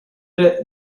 inoltre